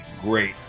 great